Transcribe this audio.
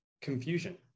confusion